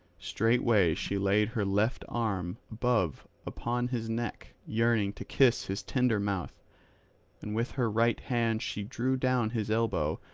straightway she laid her left arm above upon his neck yearning to kiss his tender mouth and with her right hand she drew down his elbow,